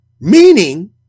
Meaning